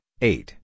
eight